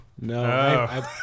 no